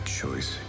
choice